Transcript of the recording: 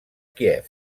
kíev